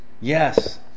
Yes